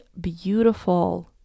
beautiful